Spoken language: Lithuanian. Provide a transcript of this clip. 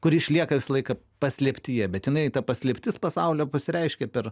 kuri išlieka visą laiką paslėptyje bet jinai ta paslėptis pasaulio pasireiškia per